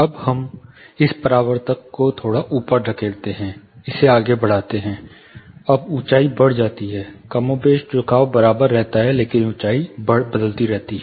अब हम इस परावर्तक को थोड़ा ऊपर धकेलते हैं इसे आगे बढ़ाते हैं अब ऊँचाई बढ़ जाती है कमोबेश झुकाव बरकरार रहता है लेकिन ऊँचाई बदलती रहती है